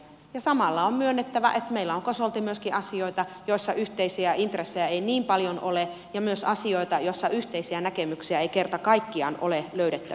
ja samalla on myönnettävä että meillä on kosolti myöskin asioita joissa yhteisiä intressejä ei niin paljon ole ja myös asioita joissa yhteisiä näkemyksiä ei kerta kaikkiaan ole löydettävissä